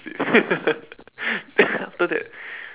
sleep then after that